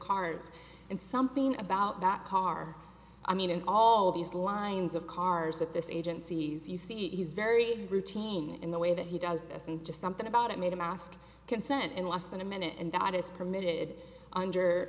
cars and something about that car i mean in all of these lines of cars at this agency as you see he's very routine in the way that he does this and just something about it made him ask consent in less than a minute and that is permitted under